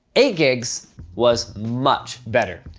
eight gigs was much better.